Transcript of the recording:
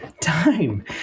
time